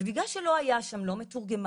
ובגלל שלא היה שם מתורגמן,